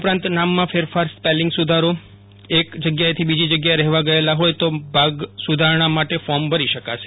ઉપરાંત નામમાં ફેરફાર સ્પેલીંગ સુધારો એક જગ્યાએથી બીજી જગ્યાએ રહેવા ગયેલા હોય તો ભાગ સુધારણા માટે ફોર્મ ભરી શકાશે